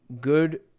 good